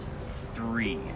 three